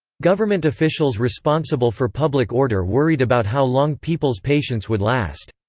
government officials responsible for public order worried about how long people's patience would last.